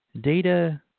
Data